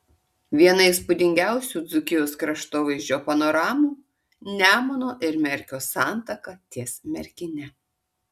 viena įspūdingiausių dzūkijos kraštovaizdžio panoramų nemuno ir merkio santaka ties merkine